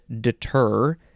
deter